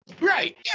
right